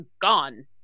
gone